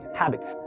habits